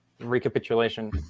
recapitulation